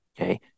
okay